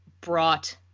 brought